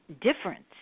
difference